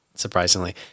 surprisingly